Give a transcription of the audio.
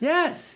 Yes